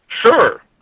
sure